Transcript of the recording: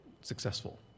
successful